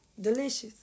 Delicious